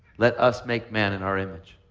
let us make man in our image.